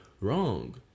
wrong